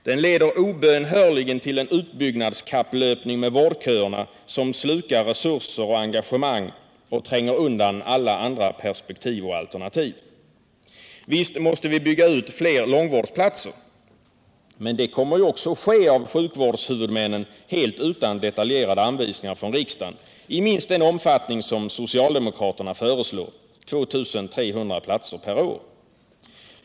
Den leder obönhörligen till en utbyggnadskapplöpning med vårdköerna som slukar resurser och engagemang och tränger undan alla andra perspektiv och alternativ. Visst måste vi bygga ut fler långvårdsplatser, men det kommer ju också att ske genom sjukvårdshuvudmännen helt utan detaljerade anvisningar från riksdagen, i minst den omfattning som socialdemokraterna föreslår; 2 300 platser per år.